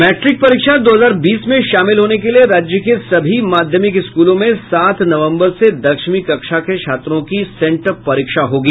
matric परीक्षा दो हजार बीस में शामिल होने के लिये राज्य के सभी माध्यमिक स्कूलों में सात नवम्बर से दसवीं कक्षा के छात्रों की सेंटअप परीक्षा होगी